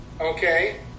okay